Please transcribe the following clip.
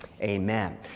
amen